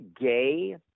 gay